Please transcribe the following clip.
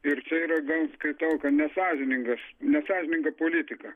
ir čia yra gan skaitau ka nesąžiningas nesąžininga politika